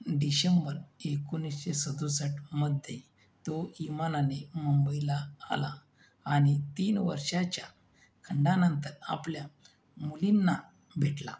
December एकोणीसशे सदुसष्टमध्ये तो विमानाने मुंबईला आला आणि तीन वर्षांच्या खंडानंतर आपल्या मुलींना भेटला